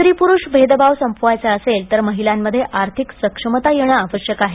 स्त्री पुरुष भेदभाव संपवायचा असेल तर महिलांमध्ये आर्थिक सक्षमता येण आवश्यक आहे